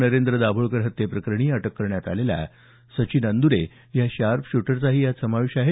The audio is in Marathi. नरेंद्र दाभोळकर हत्येप्रकरणी अटक करण्यात आलेला सचिन अंद्रे या शार्प शूटरचा यात समावेश आहे